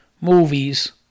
movies